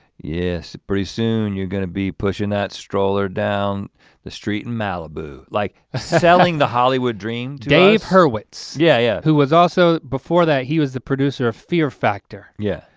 yes, pretty soon you're gonna be pushing that stroller down the street in malibu, like selling the hollywood dream. dave hurwitz. yeah, who was also before that he was the producer of fear factor. yeah.